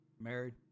Married